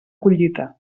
collita